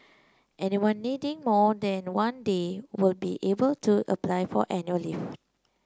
anyone needing more than one day will be able to apply for annual leave